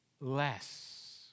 less